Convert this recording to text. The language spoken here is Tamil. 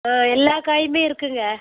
ஆ எல்லாக்காயுமே இருக்குதுங்க